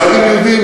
וכיצד הם יודעים?